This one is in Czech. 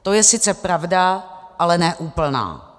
To je sice pravda, ale ne úplná.